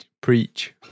Preach